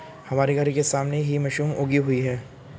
हमारे घर के सामने ही मशरूम उगी हुई है